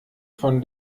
von